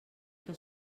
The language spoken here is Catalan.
que